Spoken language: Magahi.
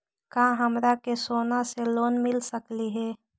का हमरा के सोना से लोन मिल सकली हे?